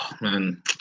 man